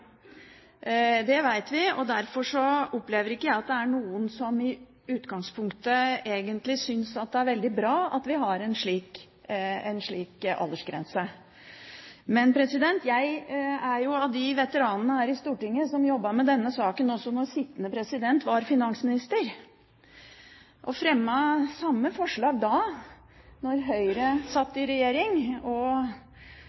Det vet vi, og derfor opplever ikke jeg at det er noen som i utgangspunktet egentlig synes at det er veldig bra at vi har en slik aldersgrense. Men jeg er av de veteranene her i Stortinget som jobbet med denne saken også da sittende president var finansminister, og fremmet samme forslag da, da Høyre satt